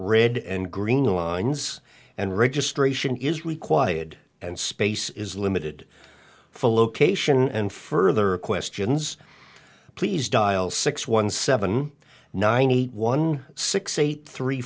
red and green lines and registration is required and space is limited full ok ssion and further questions please dial six one seven nine eight one six eight three